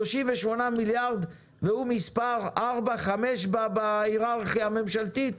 38 מיליארד והוא מספר ארבע-חמש בהיררכיה הממשלתית,